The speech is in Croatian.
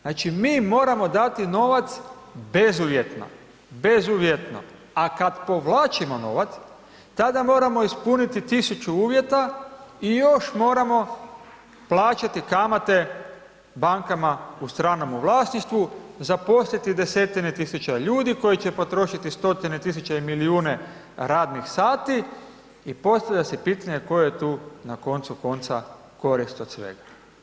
Znači mi moramo dati novac bezuvjetno, bezuvjetno, a kad povlačimo novac tada moramo ispuniti 1.000 uvjeta još moramo plaćati kamate bankama u stranome vlasništvu, zaposliti 10-tine tisuća ljudi koji će potrošiti 100-tine tisuća i milijune radnih sati i postavlja se pitanje koja je tu na koncu konca korist od svega.